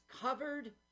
covered